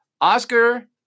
Oscar